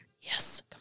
Yes